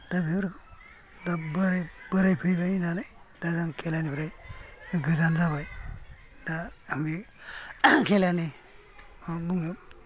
दा बेफोर दा बोराय बोरायफैबाय होनानै दा आं खेलानिफ्राय गोजान जाबाय दा आंनि खेलानि माबा बुंनायाव